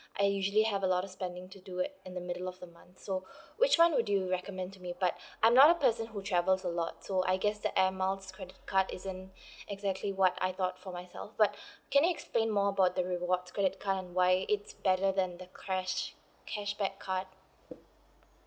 I usually have a lot of spending to do at in the middle of the month so which one would you recommend to me but I'm not a person who travels a lot so I guess the air miles credit card isn't exactly what I thought for myself but can you explain more about the rewards credit card and why it's better than the crash cashback card